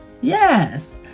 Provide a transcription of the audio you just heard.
Yes